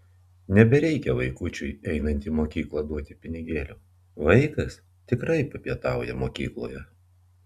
nebereikia vaikučiui einant į mokyklą duoti pinigėlių vaikas tikrai papietauja mokykloje